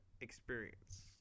experience